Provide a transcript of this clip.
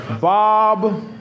Bob